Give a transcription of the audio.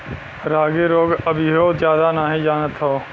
रागी लोग अबहिओ जादा नही जानत हौ